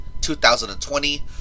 2020